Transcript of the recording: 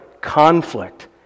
conflict